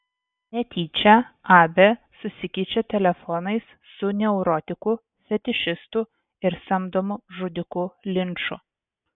netyčia abė susikeičia telefonais su neurotiku fetišistu ir samdomu žudiku linču